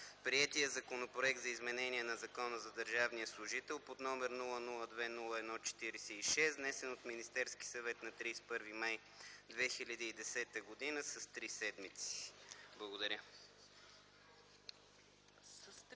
четене Законопроект за изменение на Закона за държавния служител, № 002 01-46, внесен от Министерския съвет на 31 май 2010 г., с три седмици. Благодаря.